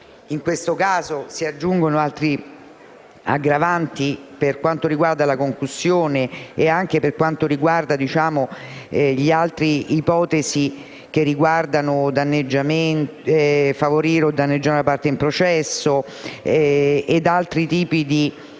In questo caso si aggiungono altre aggravanti per quanto riguarda la concussione e anche per quanto riguarda altre ipotesi riguardanti il favorire o il danneggiare una parte in processo o il delitto di